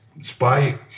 spy